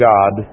God